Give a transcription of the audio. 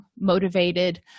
motivated